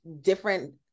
different